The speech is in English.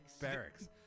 Barracks